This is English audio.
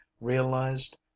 realized